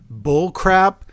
bullcrap